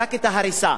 רק הריסה,